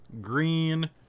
green